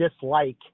dislike